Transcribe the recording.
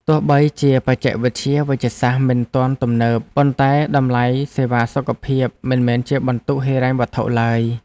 ទោះបីជាបច្ចេកវិទ្យាវេជ្ជសាស្ត្រមិនទាន់ទំនើប ប៉ុន្តែតម្លៃសេវាសុខភាពមិនមែនជាបន្ទុកហិរញ្ញវត្ថុឡើយ។